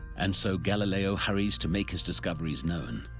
and so, galileo hurries to make his discoveries known,